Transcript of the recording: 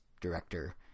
director